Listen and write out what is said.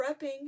prepping